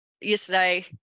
yesterday